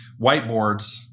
whiteboards